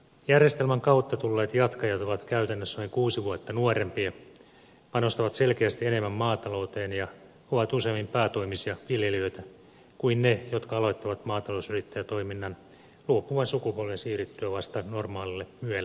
järjestelmän kautta tulleet jatkajat ovat käytännössä noin kuusi vuotta nuorempia panostavat selkeästi enemmän maatalouteen ja ovat useammin päätoimisia viljelijöitä kuin ne jotka aloittavat maatalousyrittäjätoiminnan luopuvan sukupolven siirryttyä vasta normaalille myel eläkkeelle